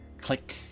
click